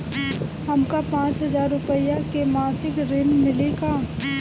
हमका पांच हज़ार रूपया के मासिक ऋण मिली का?